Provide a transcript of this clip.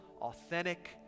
authentic